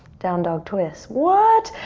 down dog twist. what?